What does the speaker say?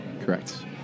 Correct